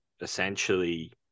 essentially